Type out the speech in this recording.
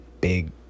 big